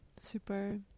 super